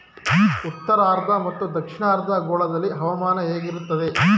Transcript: ಉತ್ತರಾರ್ಧ ಮತ್ತು ದಕ್ಷಿಣಾರ್ಧ ಗೋಳದಲ್ಲಿ ಹವಾಮಾನ ಹೇಗಿರುತ್ತದೆ?